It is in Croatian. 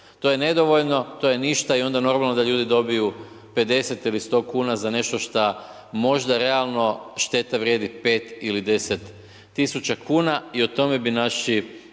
To je nedovoljno, to je ništa i onda normalno da ljudi dobiju 50 ili 100 kuna za nešto šta možda realno šteta vrijedi 5 ili 10 000 kuna i o tome bi naši,